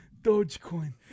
Dogecoin